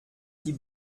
die